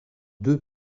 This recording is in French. deux